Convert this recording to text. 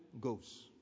Goes